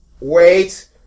Wait